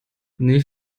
nicht